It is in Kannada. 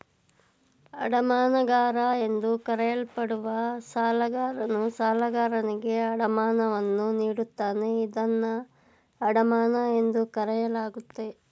ಅಡಮಾನಗಾರ ಎಂದು ಕರೆಯಲ್ಪಡುವ ಸಾಲಗಾರನು ಸಾಲಗಾರನಿಗೆ ಅಡಮಾನವನ್ನು ನೀಡುತ್ತಾನೆ ಇದನ್ನ ಅಡಮಾನ ಎಂದು ಕರೆಯಲಾಗುತ್ತೆ